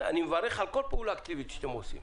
אני מברך על כל פעולה אקטיבית שאתם עושים,